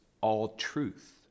all-truth